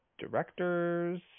directors